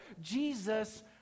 Jesus